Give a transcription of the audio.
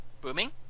Booming